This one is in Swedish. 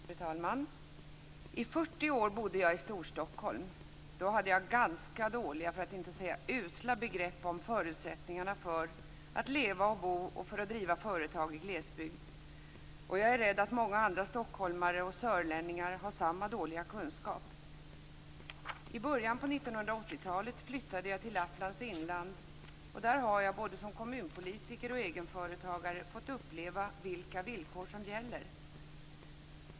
Fru talman! I 40 år bodde jag i Storstockholm. Då hade jag ganska dåliga, för att inte säga usla, begrepp om förutsättningarna för att leva och bo och för att driva företag i glesbygd - jag är rädd att många andra stockholmare och sörlänningar har samma dåliga kunskap. I början på 1980-talet flyttade jag till Lapplands inland och där har jag både som kommunpolitiker och som egenföretagare fått uppleva vilka villkor som gäller.